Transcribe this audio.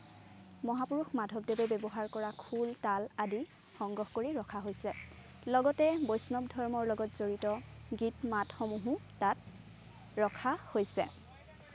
মহাপুৰুষ মাধৱদেৱে ব্যৱহাৰ কৰা খোল তাল আদি সংগ্ৰহ কৰি ৰখা হৈছে লগতে বৈষ্ণৱ ধৰ্মৰ লগত জড়িত গীত মাতসমূহো তাত ৰখা হৈছে